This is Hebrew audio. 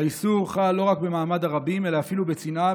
האיסור חל לא רק במעמד הרבים אלא אפילו בצנעה,